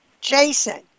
Jason